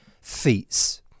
feats